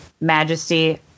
majesty